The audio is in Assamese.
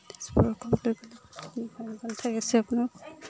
তেজপুৰ আছে আপোনাক